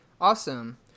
Awesome